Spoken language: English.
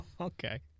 Okay